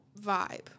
vibe